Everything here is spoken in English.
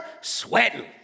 sweating